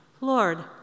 Lord